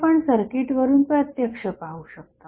हे आपण सर्किटवरून प्रत्यक्ष पाहू शकता